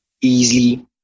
easily